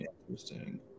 interesting